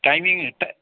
timing ट